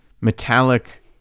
metallic